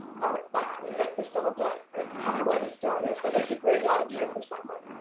call it bad, breakfast all day, right? i don't wanna start it, but that's a great idea for someone.